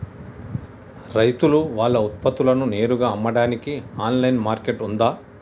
రైతులు వాళ్ల ఉత్పత్తులను నేరుగా అమ్మడానికి ఆన్లైన్ మార్కెట్ ఉందా?